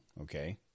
okay